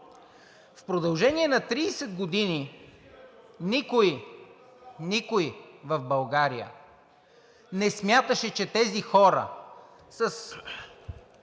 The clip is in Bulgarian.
В продължение на 30 години никой, никой в България не смяташе, че тези хора със